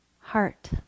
heart